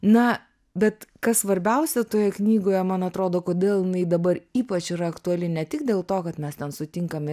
na bet kas svarbiausia toje knygoje man atrodo kodėl jinai dabar ypač yra aktuali ne tik dėl to kad mes ten sutinkame